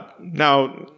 now